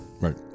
Right